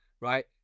right